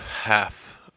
half